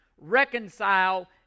reconcile